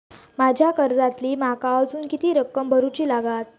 माझ्या कर्जातली माका अजून किती रक्कम भरुची लागात?